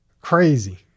crazy